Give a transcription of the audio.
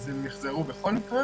הרבה עסקים יחזרו בכל מקרה